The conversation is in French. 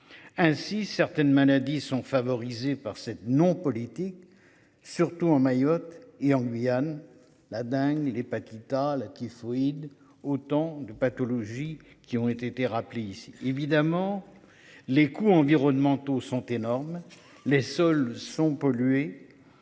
Ainsi, certaines maladies sont favorisés par cette non politiques surtout en Mayotte et en Guyane, la dingue ni l'hépatite A la typhoïde autant de pathologies qui ont été rappelés ici évidemment. Les coûts environnementaux sont énormes, les sols sont pollués.